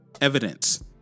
evidence